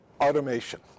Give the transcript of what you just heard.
automation